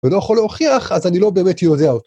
ולא יכול להוכיח אז אני לא באמת יודע אותו